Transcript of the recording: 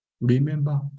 remember